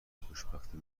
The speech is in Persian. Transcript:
خوشبختی